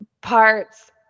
parts